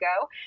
go